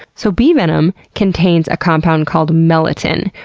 so, bee venom contains a compound called melittin,